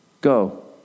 go